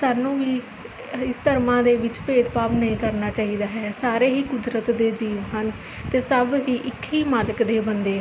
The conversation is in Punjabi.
ਸਾਨੂੰ ਵੀ ਧਰਮਾਂ ਦੇ ਵਿੱਚ ਭੇਦ ਭਾਵ ਨਹੀਂ ਕਰਨਾ ਚਾਹੀਦਾ ਹੈ ਸਾਰੇ ਹੀ ਕੁਦਰਤ ਦੇ ਜੀਵ ਹਨ ਅਤੇ ਸਭ ਹੀ ਇੱਕ ਹੀ ਮਾਲਕ ਦੇ ਬੰਦੇ ਹਨ